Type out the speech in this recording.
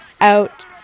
out